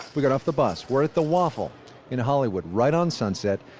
we got off the bus. we're at the waffle in hollywood, right on sunset,